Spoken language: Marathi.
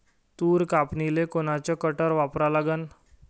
तूर कापनीले कोनचं कटर वापरा लागन?